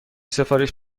سفارش